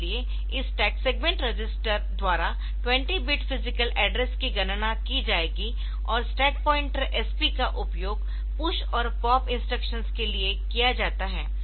इसलिए इस stack segment register द्वारा 20 बिट फिजिकल एड्रेस की गणना की जाएगी और स्टैक पॉइंटर SP का उपयोग पुश और पॉप इंस्ट्रक्शंस के लिए किया जाता है